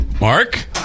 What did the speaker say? Mark